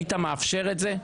היית מאפשר את זה?